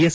S